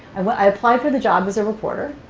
i applied for the job as a reporter.